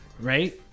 right